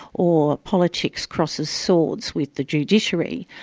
or politics crosses swords with the judiciary,